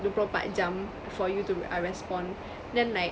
dua puluh empat jam for you to uh respond then like